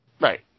Right